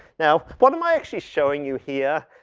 now, what am i actually showing you here?